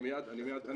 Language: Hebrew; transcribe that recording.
אני מיד אציג.